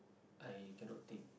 I cannot think